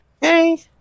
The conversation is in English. Hey